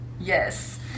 Yes